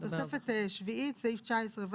היוועצות עם הנציבות.